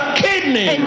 kidney